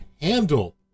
handle